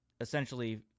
essentially